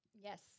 Yes